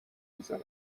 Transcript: میزنم